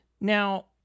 Now